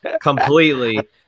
completely